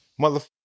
Motherfucker